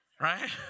Right